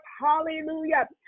Hallelujah